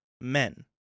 Men